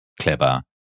clever